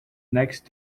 next